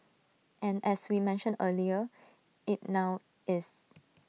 and as we mentioned earlier IT now is